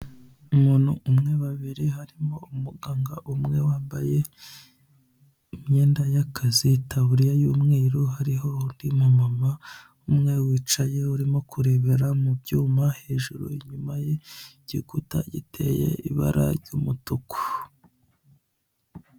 Umuntu umwe babiri harimo umuganga umwe wambaye imyenda y'akazi, itaburiya y'umweru. Hariho undi mumama umwe wicaye urimo kurebera mu byuma hejuru inyuma ye igikuta giteye ibara ry'umutuku.